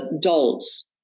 dolls